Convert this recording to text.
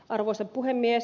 arvoisa puhemies